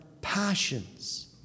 passions